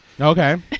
Okay